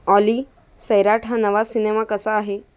ऑली सैराट हा नवा सिनेमा कसा आहे